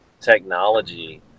technology